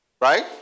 Right